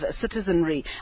citizenry